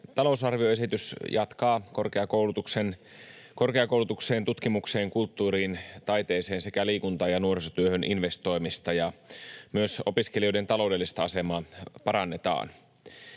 talousarvioesitys jatkaa korkeakoulutukseen, tutkimukseen, kulttuuriin, taiteeseen sekä liikunta- ja nuorisotyöhön investoimista, ja myös opiskelijoiden taloudellista asemaa parannetaan.